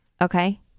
Okay